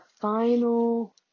final